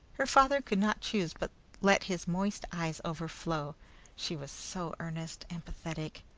her father could not choose but let his moist eyes overflow she was so earnest and pathetic.